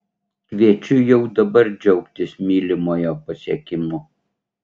kviečiu jau dabar džiaugtis mylimojo pasiekimu